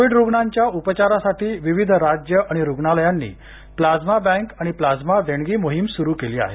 Covid रूग्णांच्या उपचारासाठी विविध राज्य आणि रुग्णालयांनी प्लाझ्मा बँक आणि प्लाझ्मा देणगी मोहीम सुरू केली आहे